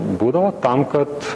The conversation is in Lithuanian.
būdavo tam kad